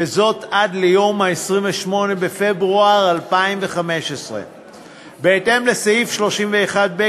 וזאת עד ליום 28 בפברואר 2015. בהתאם לסעיף 31(ב)